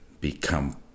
become